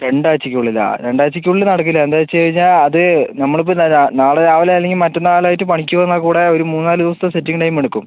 രണ്ടാഴ്ചയ്ക്ക് ഉള്ളിലാണോ രണ്ടാഴ്ചയ്ക്ക് ഉള്ളിൽ നടക്കില്ല എന്താ വച്ച് കഴിഞ്ഞാൽ അത് നമ്മളിപ്പം നാളെ രാവിലെ അല്ലെങ്കിൽ മറ്റന്നാൾ ആയിട്ട് പണിക്ക് വന്നാൽ കൂടെ ഒരു മൂന്ന് നാല് ദിവസത്ത സെറ്റിംഗ് ടൈം എടുക്കും